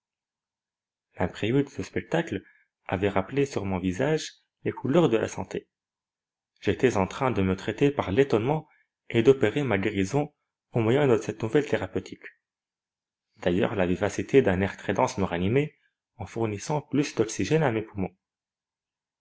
l'imprévu de ce spectacle avait rappelé sur mon visage les couleurs de la santé j'étais en train de me traiter par l'étonnement et d'opérer ma guérison au moyen de cette nouvelle thérapeutique d'ailleurs la vivacité d'un air très dense me ranimait en fournissant plus d'oxygène à mes poumons